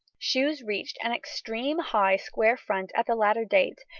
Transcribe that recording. shoes reached an extreme high square front at the latter date,